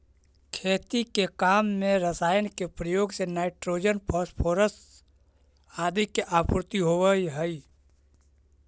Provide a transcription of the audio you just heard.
खेती के काम में रसायन के प्रयोग से नाइट्रोजन, फॉस्फोरस आदि के आपूर्ति होवऽ हई